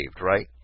right